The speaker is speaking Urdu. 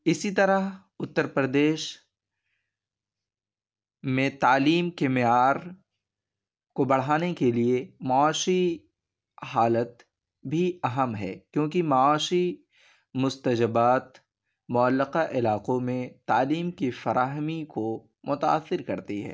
اسی طرح اُتّر پردیش میں تعلیم کے معیار کو بڑھانے کے لیے معاشی حالت بھی اہم ہے کیونکہ معاشی مستعجبات معلّقہ علاقوں میں تعلیم کی فراہمی کو متاثر کرتی ہے